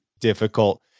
Difficult